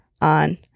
on